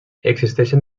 existeixen